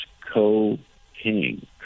co-king